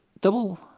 Double